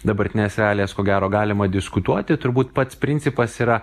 dabartines realijas ko gero galima diskutuoti turbūt pats principas yra